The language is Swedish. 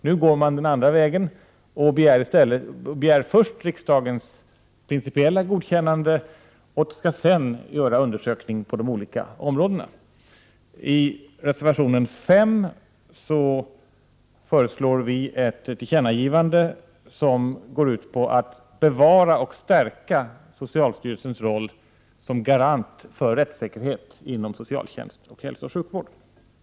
Nu går regeringen den andra vägen och begär först riksdagens principiella godkännande, och sedan skall en undersökning på de olika områdena genomföras. Folkpartiet föreslår i reservation 5 att riksdagen bör ge regeringen till känna att socialstyrelsens roll som garant för rättssäkerhet inom socialtjänst och hälsooch sjukvård skall bevaras och stärkas.